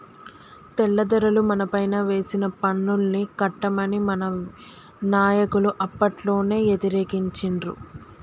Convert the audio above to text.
తెల్లదొరలు మనపైన వేసిన పన్నుల్ని కట్టమని మన నాయకులు అప్పట్లోనే యతిరేకించిండ్రు